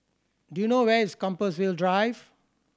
do you know where is Compassvale Drive